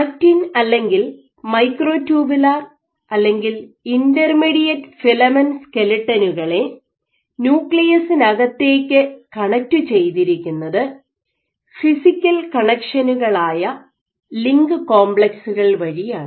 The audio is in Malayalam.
ആക്റ്റിൻ അല്ലെങ്കിൽ മൈക്രോ ട്യൂബുലാർ അല്ലെങ്കിൽ ഇന്റർമീഡിയറ്റ് ഫിലമെൻറ് സ്കെലട്ടെനുകളെ ന്യൂക്ലിയസിന് അകത്തേക്ക് കണക്ട് ചെയ്തിരിക്കുന്നത് ഫിസിക്കൽ കണക്ഷനുകൾ ആയ ലിങ്ക് കോംപ്ലക്സുകൾ വഴിയാണ്